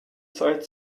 zeit